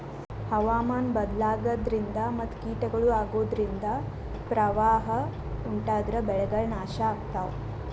ಹವಾಮಾನ್ ಬದ್ಲಾಗದ್ರಿನ್ದ ಮತ್ ಕೀಟಗಳು ಅಗೋದ್ರಿಂದ ಪ್ರವಾಹ್ ಉಂಟಾದ್ರ ಬೆಳೆಗಳ್ ನಾಶ್ ಆಗ್ತಾವ